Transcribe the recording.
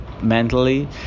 mentally